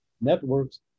networks